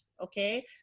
Okay